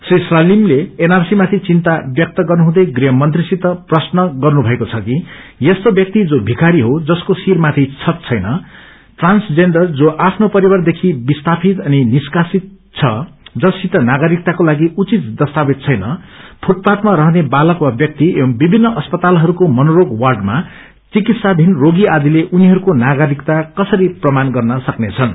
श्री सलीमले एनआरसी माथि चिन्ता व्यक्त गर्नुहुँदै गृहमंत्रीसित प्रश्न गर्नुभएको छ कि यस्तो व्याक्ति जो भिखारी हो जसको शिरमाथि छत छैन ट्रान्सजेन्डर जो आफ्नो पविार देखि विस्थाप्ति अनिष्कासित छन् जससित नागरिकताको लागि उचित दस्तावेज छैन फूटपाथमा रहने बालक वा व्याक्ति एवं विभिन्न अस्पतालहरूमा मनोरोग वार्डमा चिकित्साधीन रोगी आदिले उनीहरूको नागरिकता कसरी प्रमाण गर्न सक्नेछन्